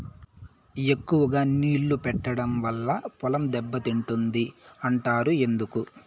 ఎక్కువగా నీళ్లు పెట్టడం వల్ల పొలం దెబ్బతింటుంది అంటారు ఎందుకు?